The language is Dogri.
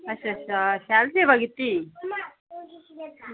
अच्छा अच्छा शैल सेवा कीती ही